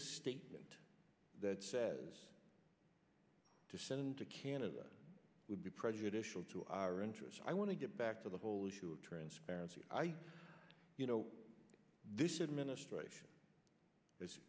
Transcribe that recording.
a statement that says to send him to canada would be prejudicial to our interests i want to get back to the whole issue of transparency you know